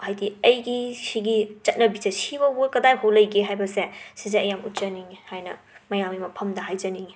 ꯍꯥꯏꯗꯤ ꯑꯩꯒꯤ ꯁꯤꯒꯤ ꯆꯠꯅꯕꯤꯁꯦ ꯁꯤꯐꯩꯕ ꯀꯗꯥꯏꯐꯧ ꯂꯩꯒꯦ ꯍꯥꯏꯕꯁꯦ ꯁꯤꯁꯦ ꯑꯩ ꯌꯥꯝ ꯎꯠꯆꯅꯤꯡꯑꯦ ꯍꯥꯏꯅ ꯃꯌꯥꯝꯒꯤ ꯃꯐꯝꯗ ꯍꯥꯏꯖꯅꯤꯡꯉꯤ